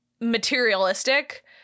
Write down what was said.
materialistic